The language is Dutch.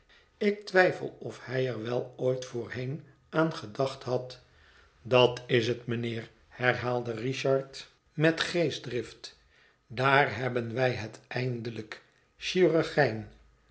ik twijfel of hij er wel ooit voorheen aan gedacht had dat is het mijnheer herhaalde richard met geestdrift daar hebben wij het eindelijk chirurgijn